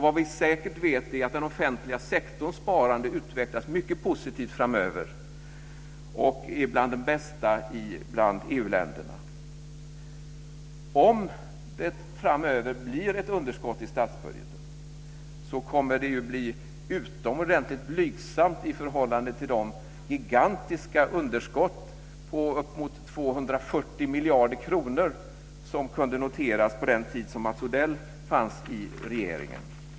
Vad vi säkert vet är att den offentliga sektorns sparande utvecklas mycket positivt framöver - där hör vi till de bästa bland EU Om det framöver blir ett underskott i statsbudgeten kommer det att vara utomordentligt blygsamt i förhållande till de gigantiska underskott på uppemot 240 miljarder kronor som kunde noteras på den tiden då Mats Odell fanns i regeringen.